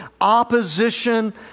Opposition